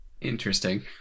interesting